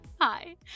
Hi